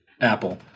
apple